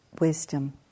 wisdom